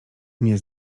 nie